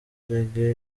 reggae